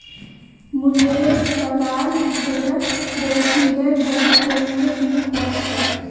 मुलेस कराल भेड़क क्रचिंगेर बहुत जरुरत नी पोर छेक